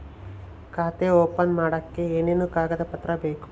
ಖಾತೆ ಓಪನ್ ಮಾಡಕ್ಕೆ ಏನೇನು ಕಾಗದ ಪತ್ರ ಬೇಕು?